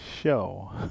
show